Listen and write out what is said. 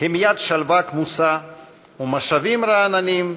המיית שלווה כמוסה / ומשבים רעננים,